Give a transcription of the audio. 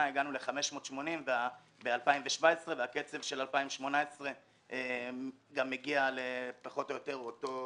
והגענו ל-580 ב-2017 והקצב של 2018 גם מגיע לאותו